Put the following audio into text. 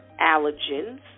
allergens